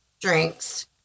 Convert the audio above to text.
drinks